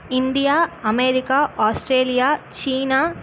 India America Australia China